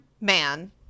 man